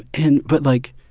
and but, like,